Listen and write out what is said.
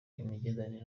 imigenderanire